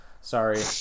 Sorry